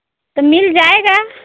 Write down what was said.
तो मिल जाएगा